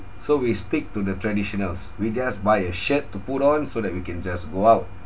so we stick to the traditionals we just buy a shirt to put on so that we can just go out